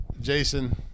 Jason